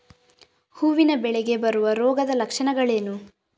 ಹೂವಿನ ಬೆಳೆಗೆ ಬರುವ ರೋಗದ ಲಕ್ಷಣಗಳೇನು?